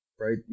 right